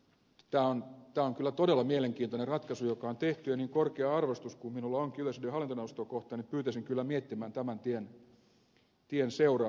tämä on kyllä todella mielenkiintoinen ratkaisu joka on tehty ja niin korkea arvostus kuin minulla onkin yleisradion hallintoneuvostoa kohtaan pyytäisin kyllä miettimään tämän tien seuraamuksia